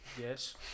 Yes